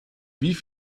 wie